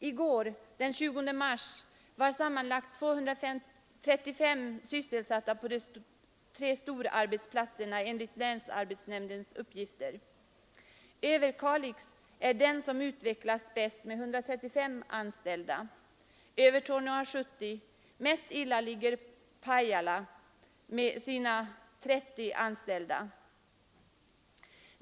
I går, den 20 mars, var sammanlagt 235 sysselsatta på de tre storarbetsplatserna enligt länsarbetsnämndens uppgifter. Överkalix är den arbetsplats som har utvecklats bäst med 135 anställda, Övertorneå har 70, och mest illa till ligger Pajala med 30 anställda.